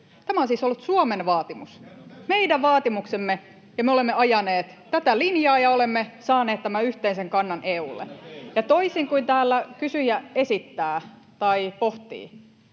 Sehän on täysin väärin!] meidän vaatimuksemme, ja me olemme ajaneet tätä linjaa ja olemme saaneet tämän yhteisen kannan EU:lle. Ja toisin kuin täällä kysyjä esittää tai pohtii,